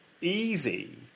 easy